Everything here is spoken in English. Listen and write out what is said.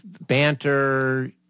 banter